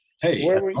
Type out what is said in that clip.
Hey